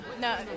No